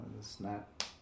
snap